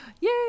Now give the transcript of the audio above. Yay